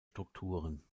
strukturen